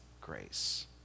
grace